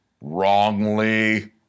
wrongly